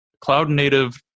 Cloud-native